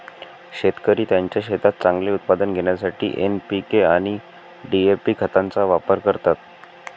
शेतकरी त्यांच्या शेतात चांगले उत्पादन घेण्यासाठी एन.पी.के आणि डी.ए.पी खतांचा वापर करतात